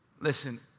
Listen